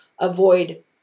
avoid